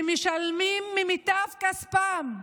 שמשלמים ממיטב כספם,